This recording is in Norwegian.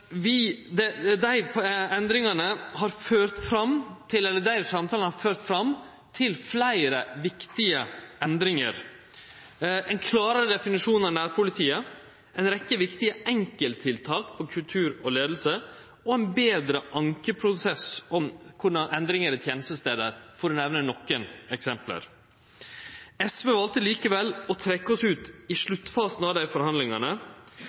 til politireform. Dei samtalene har ført fram til fleire viktige endringar: ein klarare definisjon av nærpolitiet, ei rekkje viktige enkelttiltak for kultur og leiing, og ein betre ankeprosess med omsyn til endringar i tenestestader – for å nemne nokre eksempel. SV valde likevel å trekkje seg ut i sluttfasen av desse forhandlingane